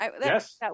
Yes